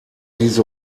diese